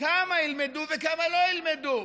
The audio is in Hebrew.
כמה ילמדו וכמה לא ילמדו.